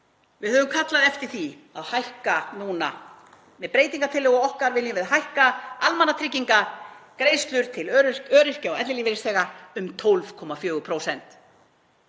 Við höfum kallað eftir því, með breytingartillögu okkar viljum við hækka almannatryggingagreiðslur til öryrkja og ellilífeyrisþega um 12,4%.